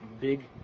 big